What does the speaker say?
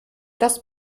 das